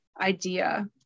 idea